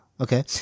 Okay